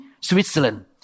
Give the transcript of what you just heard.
Switzerland